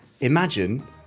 Imagine